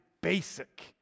basic